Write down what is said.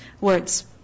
words